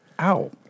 ow